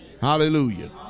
Hallelujah